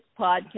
podcast